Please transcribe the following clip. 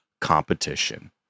competition